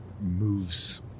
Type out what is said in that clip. moves